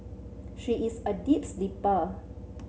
she is a deep sleeper